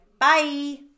Bye